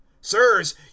sirs